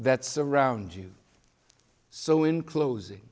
that surround you so in closing